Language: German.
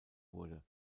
wurde